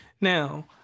Now